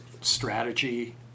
strategy